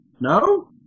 No